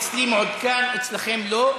אצלי מעודכן, אצלכם לא.